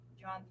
John